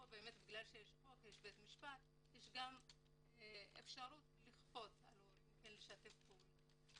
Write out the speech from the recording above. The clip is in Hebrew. פה בגלל שיש חוק ובית משפט יש גם אפשרות לכפות על ההורים לשתף פעולה.